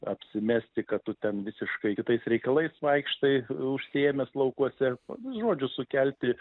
apsimesti kad tu ten visiškai kitais reikalais vaikštai užsiėmęs laukuose nu žodžiu sukelti